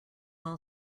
all